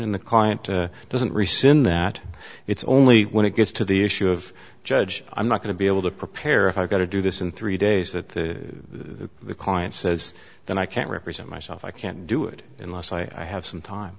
in the client doesn't rescind that it's only when it gets to the issue of judge i'm not going to be able to prepare if i've got to do this in three days that the client says that i can't represent myself i can't do it unless i have some time